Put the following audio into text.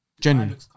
Genuinely